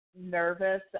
nervous